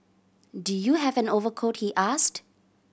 do you have an overcoat he asked